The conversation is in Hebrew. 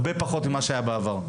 הרבה פחות ממה שהיה בעבר.